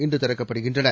இன்றுதிறக்கப்படுகின்றன